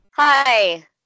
Hi